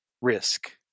risk